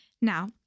now